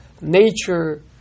nature